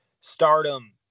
stardom